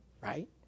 right